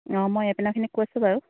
অঁ মই এইপিনৰখিনিক কৈছোঁ বাৰু